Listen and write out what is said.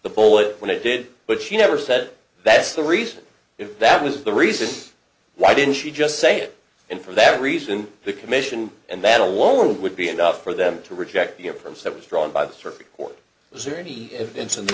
the bullet when i did but she never said that's the reason if that was the reason why didn't she just say it and for that reason the commission and then a lower would be enough for them to reject the approach that was drawn by the circuit court was there any evidence in the